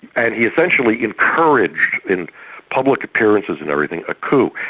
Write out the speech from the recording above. and he essentially encouraged, in public appearances and everything, a coup.